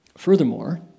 Furthermore